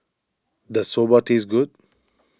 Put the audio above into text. does Soba taste good